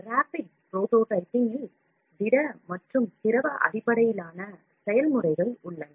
முன்மாதிரி வடிவமைப்பை உருவாக்குவதில் திட மற்றும் திரவ அடிப்படையிலான செயல்முறைகள் உள்ளன